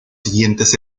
siguientes